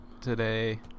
today